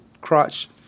crotch